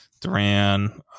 Duran